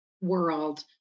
world